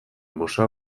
museoa